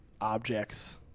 objects